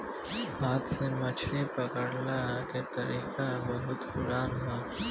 हाथ से मछरी पकड़ला के तरीका बहुते पुरान ह